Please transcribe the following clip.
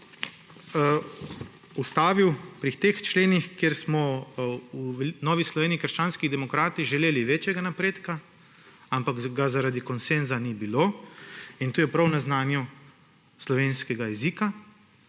ustavil pri teh členih, kjer smo v Novi Sloveniji - krščanskih demokratih želeli večjega napredka, ampak ga zaradi konsenza ni bilo, in to je prav na znanju slovenskega jezika.